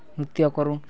ନୃତ୍ୟ କରୁଁ